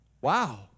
Wow